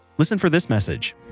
listen for this message,